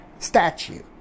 Statue